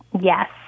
Yes